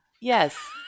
Yes